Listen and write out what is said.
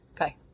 Okay